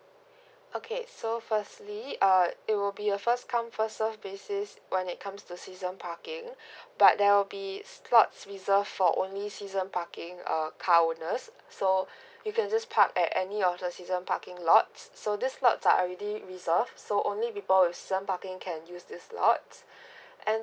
okay so firstly uh it will be a first come first serve basis when it comes to season parking but there will be slots reserved for only season parking uh car owners so you can just park at any of the season parking lots so these lots are already reserved so only people with season parking can use these lots and